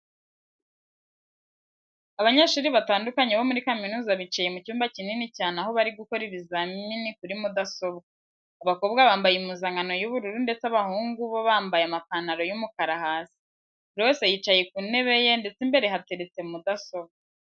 Abanyeshuri batandukanye bo muri kaminuza bicaye mu cyumba kinini cyane aho bari gukora ibizamini kuri mudasobwa. Abakobwa bambaye impuzankano y'ubururu ndetse abahungu bo bamabye amapantaro y'umukara hasi. Buri wese yicaye ku ntebe ye ndetse imbere hateretse mudasobwa.